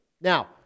Now